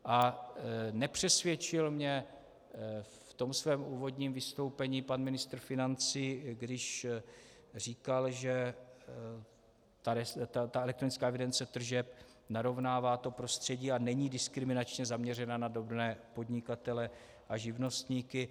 A nepřesvědčil mě v tom svém úvodním vystoupení pan ministr financí, když říkal, že elektronická evidence tržeb narovnává prostředí a není diskriminačně zaměřena na drobné podnikatele a živnostníky.